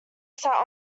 sat